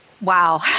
Wow